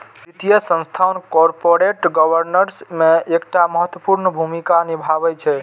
वित्तीय संस्थान corporate governance मे एकटा महत्वपूर्ण भूमिका निभाबै छै